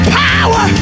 power